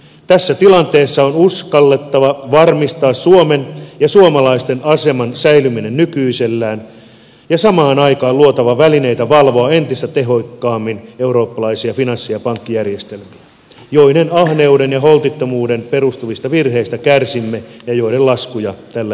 tässä tilanteessa on uskallettava varmistaa suomen ja suomalaisten aseman säilyminen nykyisellään ja samaan aikaan luotava välineitä valvoa entistä tehokkaammin eurooppalaisia finanssi ja pankkijärjestelmiä joiden ahneuteen ja holtittomuuteen perustuvista virheistä kärsimme ja joiden laskuja tällä hetkellä maksamme